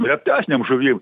retesnėm žuvim